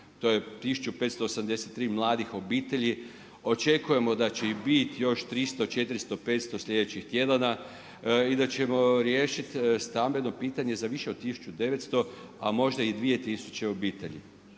to je 1583 mladih obitelji. Očekujemo da će ih biti još 300, 400, 500 sljedećih tjedana i da ćemo riješiti stambeno pitanje za više od 1900 a možda i 2000 obitelji.